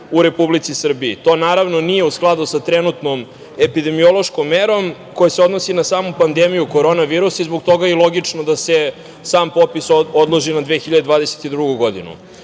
u Republici Srbiji. To naravno nije u skladu sa trenutnom epidemiološkom merom koja se odnosi na samu pandemiju korona virusa i zbog toga je i logično da se sam popis odloži na 2022. godinu. Važno